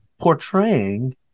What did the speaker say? portraying